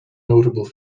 notable